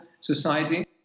society